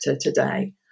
today